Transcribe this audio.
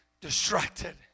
distracted